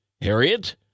Harriet